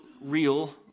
real